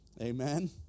amen